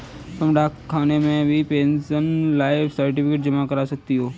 तुम डाकघर में भी पेंशनर लाइफ सर्टिफिकेट जमा करा सकती हो